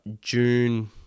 June